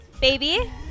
baby